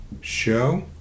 show